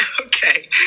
Okay